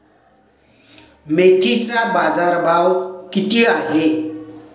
मेथीचा बाजारभाव किती आहे?